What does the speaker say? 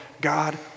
God